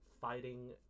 fighting